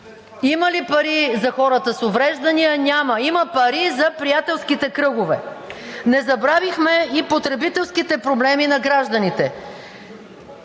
Има ли пари за хората с увреждания? Няма. Има пари за приятелските кръгове! Не забравихме и потребителските проблеми на гражданите.